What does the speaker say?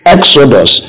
Exodus